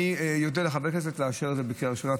אני אודה לחברי כנסת אם יאשרו את זה בקריאה ראשונה.